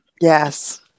Yes